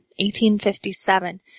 1857